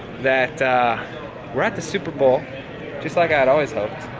that we're at the superbowl just like i'd always hoped,